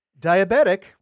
Diabetic